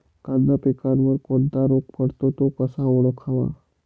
कांदा पिकावर कोणता रोग पडतो? तो कसा ओळखावा?